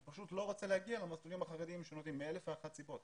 הוא פשוט לא רוצה להגיע למסלולים החרדים שנותנים מאלף ואחת סיבות,